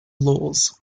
laws